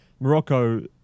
Morocco